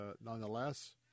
nonetheless